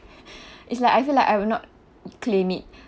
it's like I feel like I will not claim it